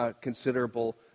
considerable